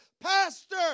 pastor